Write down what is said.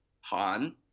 Han